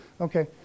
Okay